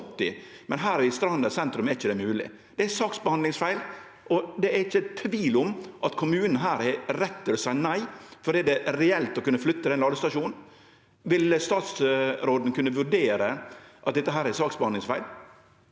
2024 Stranda sentrum er det ikkje mogleg. Det er saksbehandlingsfeil, og det er ikkje tvil om at kommunen her har rett til å seie nei, for det er reelt å kunne flytte den ladestasjonen. Vil statsråden kunne vurdere at dette er saksbehandlingsfeil?